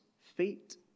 feet